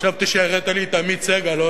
חשבתי שהראית לי את עמית סגל.